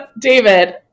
David